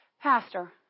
Pastor